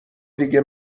دیگه